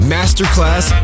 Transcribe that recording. Masterclass